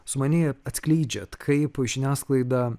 sumaniai atskleidžiat kaip žiniasklaida